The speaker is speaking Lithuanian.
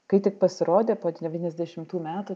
kai tik pasirodė po devyniasdešimtųjų metų